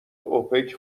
اوپک